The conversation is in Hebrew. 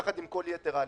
יחד עם יתר ההליכים.